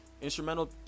Instrumental